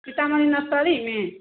सीतामढ़ी नर्सरीमे